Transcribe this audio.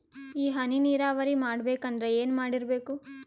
ಈ ಹನಿ ನೀರಾವರಿ ಮಾಡಬೇಕು ಅಂದ್ರ ಏನ್ ಮಾಡಿರಬೇಕು?